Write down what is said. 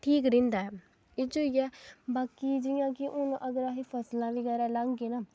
ठीक रैहंदा हे एह्दे च होइया बाकी जि'यां कि हून अगर अस फसलां बगैरा लागे ना